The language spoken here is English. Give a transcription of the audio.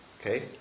Okay